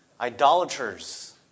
idolaters